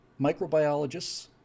microbiologists